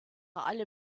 alle